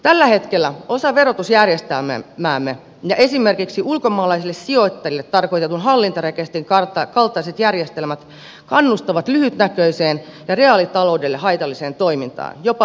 tällä hetkellä osa verotusjärjestelmäämme ja esimerkiksi ulkomaalaisille sijoittajille tarkoitetun hallintarekisterin kaltaiset järjestelmät kannustavat lyhytnäköiseen ja reaalitaloudelle haitalliseen toimintaan jopa veronkiertoon